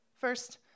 First